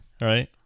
right